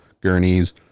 gurneys